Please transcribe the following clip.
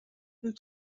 nous